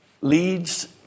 leads